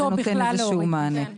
זה נותן איזשהו מענה.